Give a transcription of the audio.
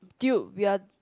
dude we are